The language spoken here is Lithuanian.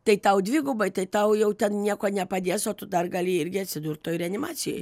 tai tau dvigubai tai tau jau ten nieko nepadės o tu dar gali irgi atsidurt toj reanimacijoj